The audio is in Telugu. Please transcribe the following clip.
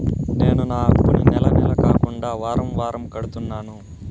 నేను నా అప్పుని నెల నెల కాకుండా వారం వారం కడుతున్నాను